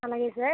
అలాగే సార్